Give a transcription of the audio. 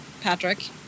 Patrick